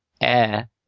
Air